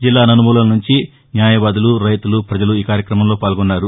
జిల్లా నలుమూలల నుంచి వ్యాయవాదులు రైతులు పజలు ఈ కార్యక్రమంలో పాల్గొన్నారు